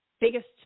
biggest